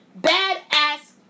badass